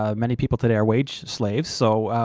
um many people today are wage slaves, so,